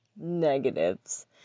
Negatives